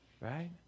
right